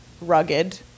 rugged